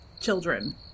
children